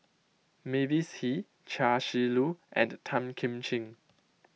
Mavis Hee Chia Shi Lu and Tan Kim Ching